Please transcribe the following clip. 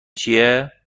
چیه